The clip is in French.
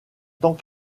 tant